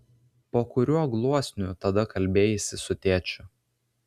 po kuriuo gluosniu tada kalbėjaisi su tėčiu